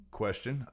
question